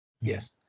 Yes